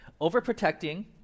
Overprotecting